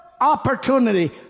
opportunity